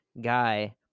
guy